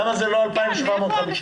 למה זה לא 2,750 שקל?